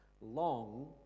long